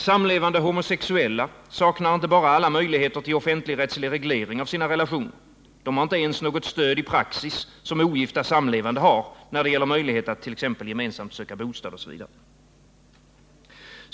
Samlevande homosexuella saknar inte bara alla möjligheter till offentligrättslig reglering av sina relationer. De har inte ens något stöd i praxis som ogifta samlevande har när det gäller möjlighet att t.ex. gemensamt söka bostad.